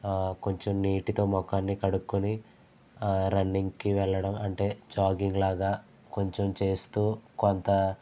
ఆ కొంచెం నీటితో ముఖాన్ని కడుక్కొని ఆ రన్నింగ్ కి వెళ్ళడం అంటే జాగింగ్ లాగా కొంచెం చేస్తూ కొంత